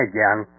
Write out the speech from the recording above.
Again